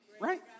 Right